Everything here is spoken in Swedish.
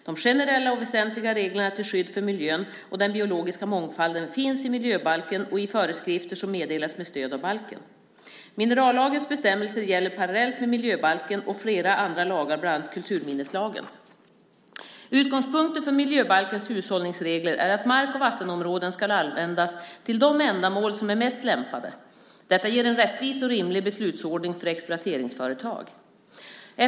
De generella och väsentliga reglerna till skydd för miljön och den biologiska mångfalden finns i miljöbalken och i föreskrifter som meddelats med stöd av balken. Minerallagens bestämmelser gäller parallellt med miljöbalken och flera andra lagar, bland annat kulturminneslagen. Utgångspunkten för miljöbalkens hushållningsregler är att mark och vattenområden ska användas till de ändamål som de är mest lämpade för. Detta ger en rättvis och rimlig beslutsordning för exploateringsföretag.